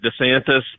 DeSantis